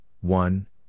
one